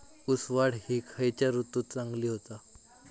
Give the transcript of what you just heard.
ऊस वाढ ही खयच्या ऋतूत चांगली होता?